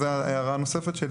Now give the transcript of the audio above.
זו ההערה הנוספת,